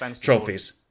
trophies